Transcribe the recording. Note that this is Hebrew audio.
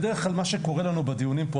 מה שבדרך כלל קורה לנו בדיונים פה,